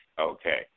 okay